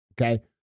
Okay